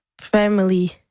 family